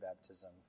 baptism